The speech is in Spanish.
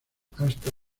hasta